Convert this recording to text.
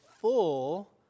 full